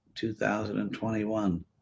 2021